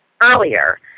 earlier